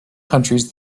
countries